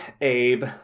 Abe